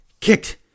kicked